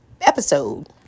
episode